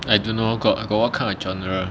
I don't know got got what kind of genre